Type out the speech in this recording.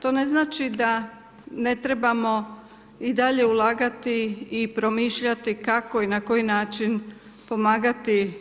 To ne znači da ne trebamo i dalje ulagati i promišljati kako i na koji način pomagati